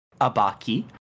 Abaki